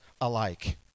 alike